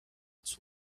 its